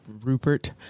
Rupert